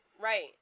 Right